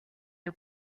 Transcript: your